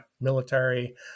military